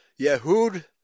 Yehud